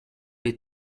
les